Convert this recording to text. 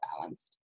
balanced